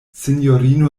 sinjorino